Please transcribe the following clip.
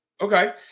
Okay